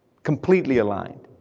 completely aligned.